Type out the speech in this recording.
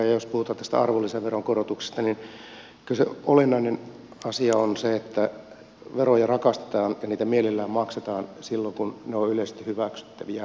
jos puhutaan tästä arvonlisäveron korotuksesta niin kyllä se olennainen asia on se että veroja rakastetaan ja niitä mielellään maksetaan silloin kun ne ovat yleisesti hyväksyttäviä ja oikeudenmukaisia